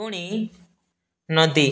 ପୁଣି ନଦୀ